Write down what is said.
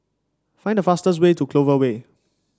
find the fastest way to Clover Way